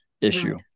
issue